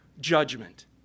judgment